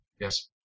Yes